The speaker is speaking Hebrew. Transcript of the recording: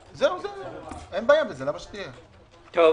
לא.